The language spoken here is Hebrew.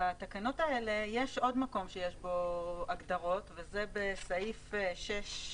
בתקנות האלה יש עוד מקום שיש בו הגדרות וזה בסעיף (ג)